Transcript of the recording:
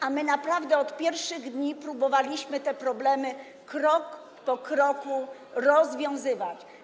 A my naprawdę od pierwszych dni próbowaliśmy te problemy krok po kroku rozwiązywać.